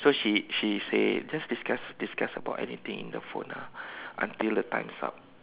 so she she say just discuss discuss about anything in the phone lah until the time's up